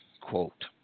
quote